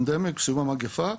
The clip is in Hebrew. בסיום המגיפה.